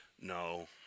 No